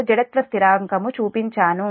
లో జడత్వ స్థిరాంకం చూపించాను